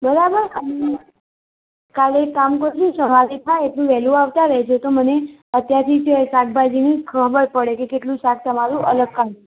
બરાબર કાલે એક કામ કરજો સવારે થાય એટલું વહેલું આવતા રહેજો તો મને અત્યારથી જ શાકભાજીની ખબર પડે કે કેટલું શાક તમારું અલગ કાઢું